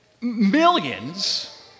millions